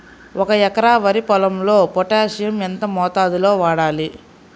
ఒక ఎకరా వరి పొలంలో పోటాషియం ఎంత మోతాదులో వాడాలి?